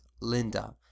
Linda